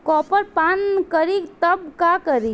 Copper पान करी तब का करी?